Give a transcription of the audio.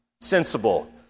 Sensible